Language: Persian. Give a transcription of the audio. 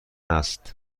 است